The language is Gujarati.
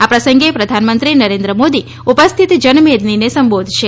આ પ્રસંગે પ્રધાનમંત્રી નરેન્દ્ર મોદી ઉપસ્થિત જનમેદનીને સંબોધશે